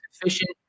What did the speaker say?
efficient